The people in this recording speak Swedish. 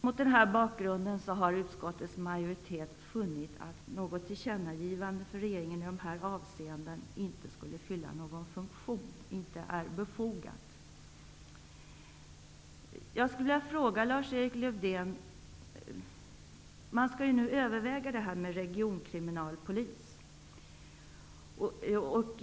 Mot denna bakgrund har utskottets majoritet funnit att något tillkännagivande till regeringen i dessa avseenden inte skulle fylla någon funktion och inte är befogat. Jag vill ställa en fråga till Lars-Erik Lövdén. Man skall nu överväga frågan om en regionkriminalpolis.